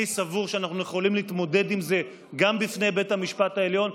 אני סבור שאנחנו יכולים להתמודד עם זה גם בפני בית המשפט העליון.